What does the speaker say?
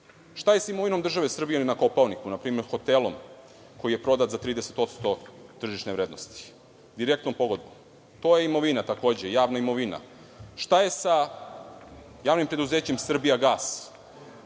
Šta je sa imovinom države Srbije na Kopaoniku, na primer hotelom koji je prodat za 30% tržišne vrednosti, direktnom pogodbom. To je imovina, takođe javna imovina. Šta je sa javnim preduzećem „Srbijagas“,